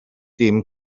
dim